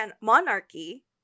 monarchy